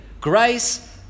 grace